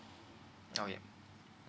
oh ya